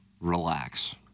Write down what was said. relax